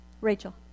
Rachel